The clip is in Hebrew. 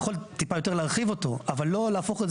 טיפה יותר להרחיב אותו אבל לא להפוך את